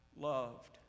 loved